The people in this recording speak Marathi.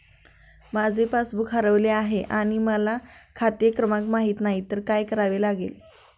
माझे पासबूक हरवले आहे आणि मला खाते क्रमांक माहित नाही तर काय करावे लागेल?